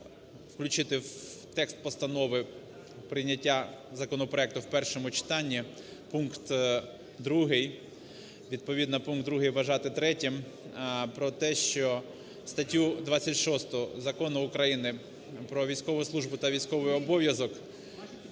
відповідно пункт 2-й вважати 3-ім. Про те, що статтю 26 Закону України "Про військову службу та військовий обов'язок"